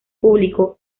público